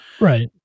Right